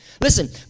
Listen